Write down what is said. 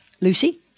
lucy